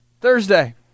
Thursday